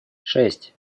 шесть